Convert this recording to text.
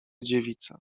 dziewica